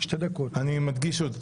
שלוש דקות אני אתן.